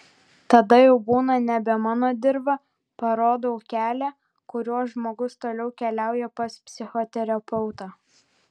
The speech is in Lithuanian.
tada jau būna nebe mano dirva parodau kelią kuriuo žmogus toliau keliauja pas psichoterapeutą